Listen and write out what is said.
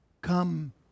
come